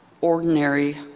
ordinary